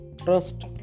Trust